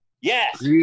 Yes